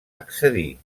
accedir